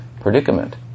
predicament